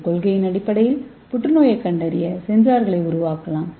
இந்த கொள்கையின் அடிப்படையில் புற்றுநோயைக் கண்டறிய சென்சார்களை உருவாக்கலாம்